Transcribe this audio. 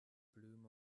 bloom